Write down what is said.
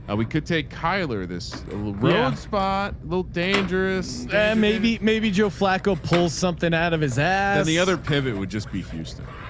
ah we could take kyler this a little road spot, a little dangerous. and maybe, maybe joe flacco pull something out of his ass. the other pivot would just be houston.